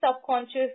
subconscious